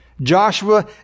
Joshua